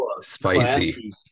Spicy